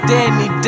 Danny